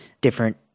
different